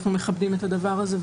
אנחנו מכבדים את הדבר הזה,